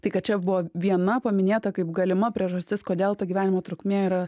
tai kad čia buvo viena paminėta kaip galima priežastis kodėl ta gyvenimo trukmė yra